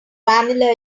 vanilla